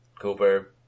Cooper